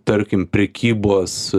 tarkim prekybos